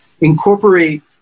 incorporate